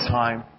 time